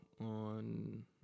on